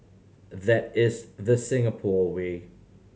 that is the Singapore way